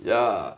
ya